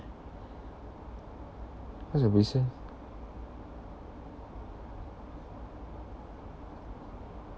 what's the question